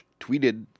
tweeted